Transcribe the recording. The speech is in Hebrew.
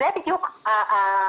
זו בדיוק הפרוצדורה.